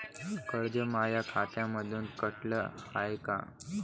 कर्ज माया खात्यामंधून कटलं हाय का?